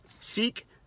Seek